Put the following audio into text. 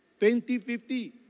2050